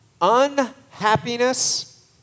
Unhappiness